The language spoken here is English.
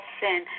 sin